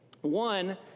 One